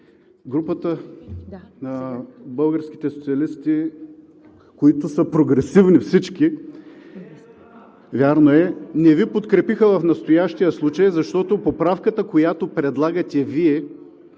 групата на българските социалисти, които са прогресивни – всички, вярно, не Ви подкрепихме в настоящия случай, защото поправката, която предлагате и